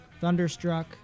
Thunderstruck